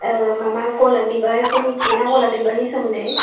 माबा गलाब बिबारखौ मोनथियोना गलाब बिबारनि सोमोन्दै